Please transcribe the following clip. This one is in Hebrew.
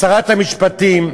שרת המשפטים,